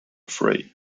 frey